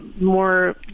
more